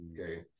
Okay